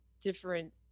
different